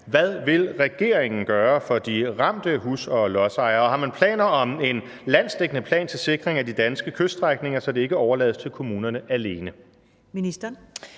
Hvad vil regeringen gøre for de ramte hus- og lodsejere, og har man planer om en landsdækkende plan til sikring af de danske kyststrækninger, så det ikke overlades til kommunerne alene?